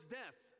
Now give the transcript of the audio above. death